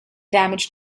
damage